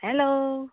hello